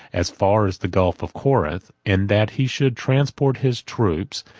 as far as the gulf of corinth and that he should transport his troops,